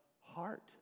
heart